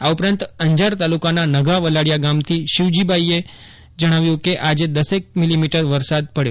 આ ઉપરાંત અંજાર તાલુકાના નગા વલાડિયા ગામ થી શિવજી ભાઈ એ જણાવ્યું કે આજે દસેક મીલીમીટર વરસાદ પડ્યો છે